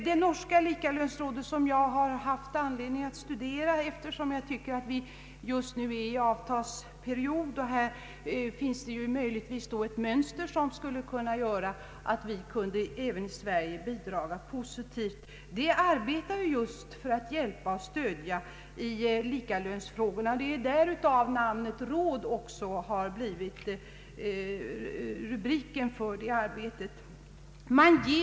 Det norska likalönsrådet, som jag har haft anledning att studera, arbetar för att vara till hjälp och stöd i likalönsfrågor. Det är därför detta organ kallas för ett råd.